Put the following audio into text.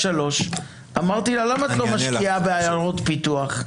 אמרתי לה: למה את לא משקיעה בעיירות פיתוח?